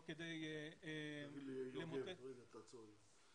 תעצור רגע.